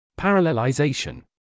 Parallelization